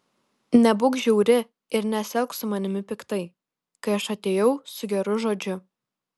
nebūk žiauri ir nesielk su manimi piktai kai aš atėjau su geru žodžiu